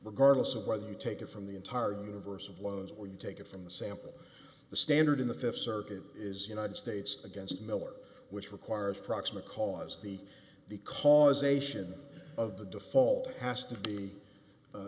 regardless of whether you take it from the entire universe of loans or you take it from the sample the standard in the fifth circuit is united states against miller which requires proximate cause the the causation of the default has to be